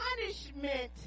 punishment